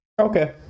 Okay